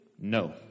No